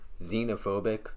xenophobic